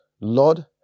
Lord